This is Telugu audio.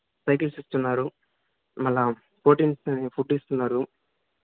టైటిల్స్ ఇస్తున్నారు మళ్ళా ఫోర్టీన్త్ ఫుడ్ ఇస్తున్నారు